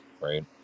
right